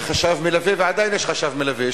היה חשב מלווה ועדיין יש חשב מלווה,